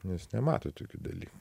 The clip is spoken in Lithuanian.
nes nemato tokių dalykų